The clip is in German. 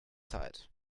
zeit